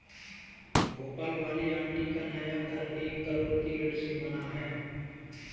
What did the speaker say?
भोपाल वाली आंटी का नया घर एक करोड़ के ऋण से बना है